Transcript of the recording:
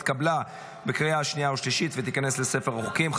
התקבלה בקריאה שנייה ושלישית ותיכנס לספר החוקים.